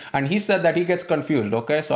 and he said that he gets confused, okay, so